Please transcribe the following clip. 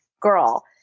girl